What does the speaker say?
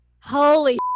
Holy